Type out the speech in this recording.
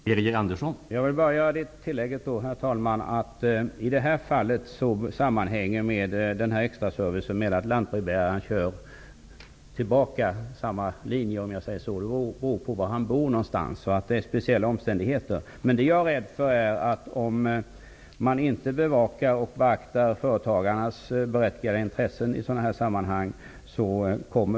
Herr talman! Jag vill bara göra det tillägget att extraservicen i detta fall är beroende av var lantbrevbäraren bor. Huruvida lantbrevbäraren kör tillbaka efter samma rutt beror alltså på denna speciella omständighet. Jag är rädd för att företagarna kommer att hamna i kläm, om man inte bevakar och beaktar deras berättigade intressen i sådana här sammanhang.